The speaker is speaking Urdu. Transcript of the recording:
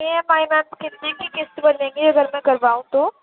ای ایم آئی میم کتنے کی قسط بندھے گی اگر میں کرواؤں تو